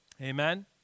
Amen